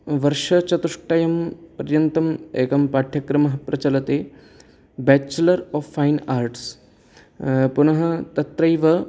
वर्षचतुष्टयं पर्यन्तम् एकः पाठ्यक्रमः प्रचलति बैचलर् ओफ़् फ़ैन् आर्ट्स् पुनः तत्रैव